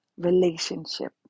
relationship